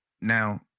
now